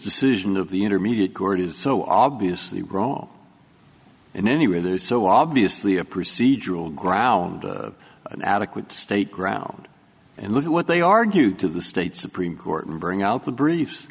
decision of the intermediate court is so obviously wrong in any way they so obviously a procedural ground an adequate state ground and look at what they argued to the state supreme court and bring out the br